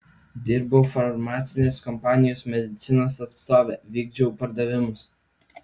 dirbau farmacinės kompanijos medicinos atstove vykdžiau pardavimus